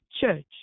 church